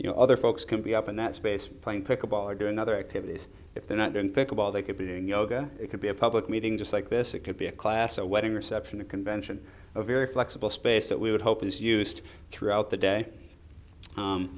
you know other folks can be up in that space playing pick a ball or doing other activities if they're not going pick a ball they could be doing yoga it could be a public meeting just like this it could be a class a wedding reception a convention a very flexible space that we would hope is used throughout the day